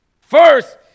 First